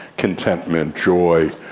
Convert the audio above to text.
contentment, joy,